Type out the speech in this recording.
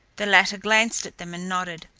the latter glanced at them and nodded.